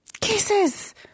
Kisses